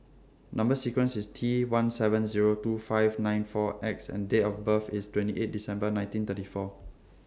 Number sequence IS T one seven Zero two five nine four X and Date of birth IS twenty eight December nineteen thirty four